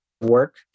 work